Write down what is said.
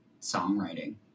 songwriting